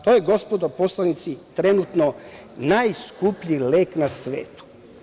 To je gospodo poslanici trenutno najskuplji lek na svetu.